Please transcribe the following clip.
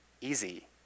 easy